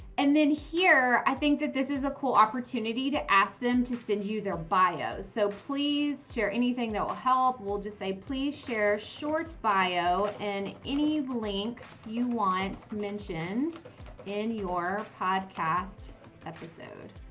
and then here, i think that this is a cool opportunity to ask them to send you their bio. so please share anything that will help will just say please share short bio, and any links you want mentioned in your podcast episode.